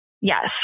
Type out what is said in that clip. Yes